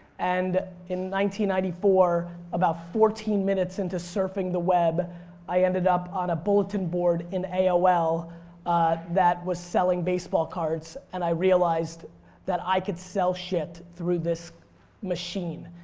and ninety ninety four about fourteen minutes into surfing the web i ended up on a bulletin board in aol that was selling baseball cards and i realized that i could sell shit through this machine.